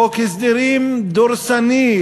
חוק הסדרים דורסני.